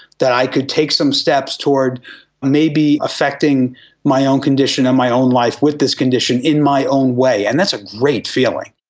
that i could take some steps toward maybe affecting my own condition and my own life with this condition in my own way, and that's a great feeling.